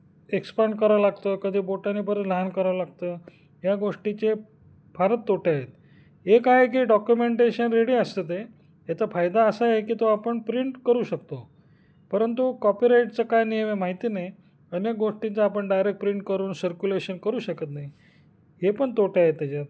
expand करावं लागतं कधी बोटाने परत लहान करावं लागतं या गोष्टीचे फारच तोटे आहेत एक आहे की डॉक्युमेंटेशन रेडी असतं ते याचा फायदा असा आहे की तो आपण प्रिंट करू शकतो परंतु कॉपीराइटचं काय नियम आहे माहिती नाही अनेक गोष्टीचं आपण डायरेक्ट प्रिंट करून सर्क्युलेशन करू शकत नाही हे पण तोटे आहेत त्याच्यात